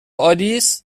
آلیس